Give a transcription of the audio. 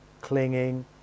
clinging